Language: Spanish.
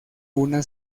una